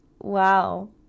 wow